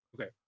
okay